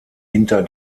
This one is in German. hinter